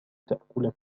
تأكل